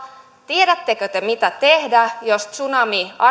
tiedättekö te mitä tehdä jos tsunami